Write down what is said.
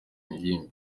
ingimbi